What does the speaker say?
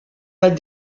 pas